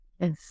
yes